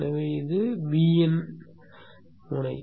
எனவே இப்போது இது Vin முனை